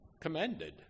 commended